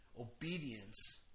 obedience